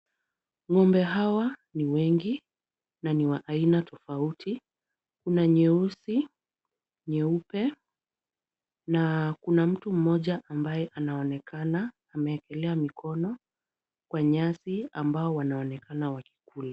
Ng'ombe hawa ni wengi na ni wa aina tofauti. Kuna nyeusi, nyeupe na kuna mtu mmoja ambaye anaonekana ameekelea mikono kwa nyasi ambao wanaonekana wakikula.